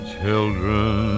children